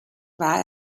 war